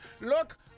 Look